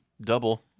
double